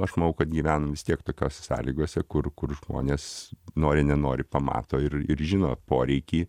aš manau kad gyvenam vis tiek tokiose sąlygose kur kur žmonės nori nenori pamato ir ir žino poreikį